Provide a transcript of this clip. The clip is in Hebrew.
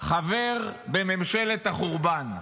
חבר בממשלת החורבן,